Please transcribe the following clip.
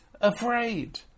afraid